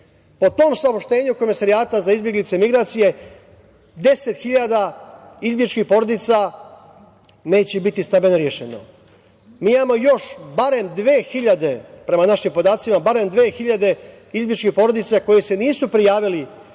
Po tom saopštenju Komesarijata za izbeglice i migracije 10.000 izbegličkih porodica neće biti stambeno rešeno. Mi imamo još barem 2000, prema našim podacima, barem 2000 izbegličkih porodica koje se nisu prijavile